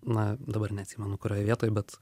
na dabar neatsimenu kurioj vietoj bet